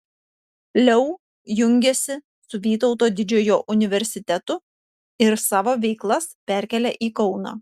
leu jungiasi su vytauto didžiojo universitetu ir savo veiklas perkelia į kauną